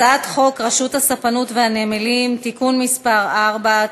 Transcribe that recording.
הצעת חוק רשות הספנות והנמלים (תיקון מס' 4),